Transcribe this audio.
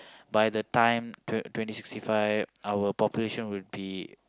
by the time twe~ twenty sixty five our population would be